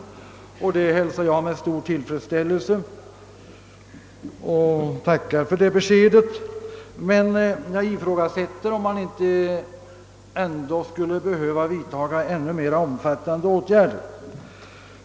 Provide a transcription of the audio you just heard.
Jag tackar för det beskedet, som jag hälsar med stor tillfredsställelse, men jag ifrågasätter om det inte behövs ännu mera omfattande åtgärder.